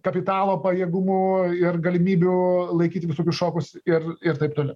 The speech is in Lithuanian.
kapitalo pajėgumu ir galimybių laikyti visokius šokus ir ir taip toliau